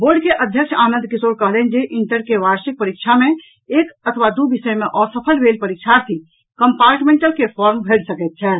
board के अध्यक्ष आनंद किशोर कहलनि अछि जे इंटर के वार्षिक परीक्षा मे एक अथवा द् विषय मे असफल भेल परीक्षार्थी कम्पार्टमेंटल के फार्म भरि सकैत छथि